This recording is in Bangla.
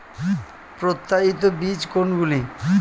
প্রত্যায়িত বীজ কোনগুলি?